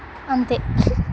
అంతే